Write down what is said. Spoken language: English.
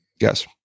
Yes